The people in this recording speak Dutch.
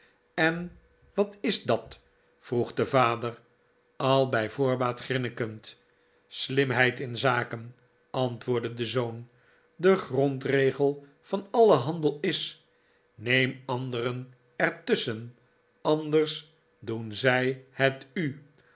en wat is dat vroeg de vader al bij voorbaat grinnikend slimheid in zaken antwoordde de zoom de grondregel van alien handel is neem anderen er tusschen anders doen zij het u